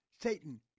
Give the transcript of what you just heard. Satan